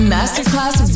Masterclass